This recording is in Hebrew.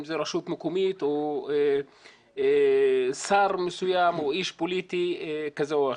אם זו רשות מקומית או שר מסוים או איש פוליטי כזה או אחר.